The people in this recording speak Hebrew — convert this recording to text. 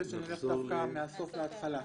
חל כבר משטר של איסור הלבנת הון.